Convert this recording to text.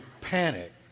panic